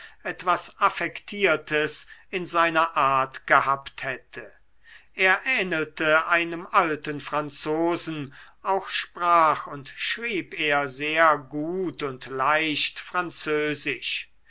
etwas affektiertes in seiner art gehabt hätte er ähnelte einem alten franzosen auch sprach und schrieb er sehr gut und leicht französisch